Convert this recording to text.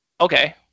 Okay